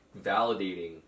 validating